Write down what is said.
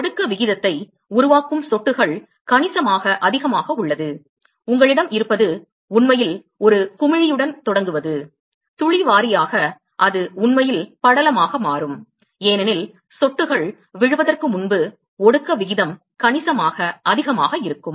ஒடுக்க விகிதத்தை உருவாக்கும் சொட்டுகள் கணிசமாக அதிகமாக உள்ளது உங்களிடம் இருப்பது உண்மையில் ஒரு குமிழியுடன் தொடங்குவது துளி வாரியாக அது உண்மையில் படலமாக மாறும் ஏனெனில் சொட்டுகள் விழுவதற்கு முன்பு ஒடுக்க விகிதம் கணிசமாக அதிகமாக இருக்கும்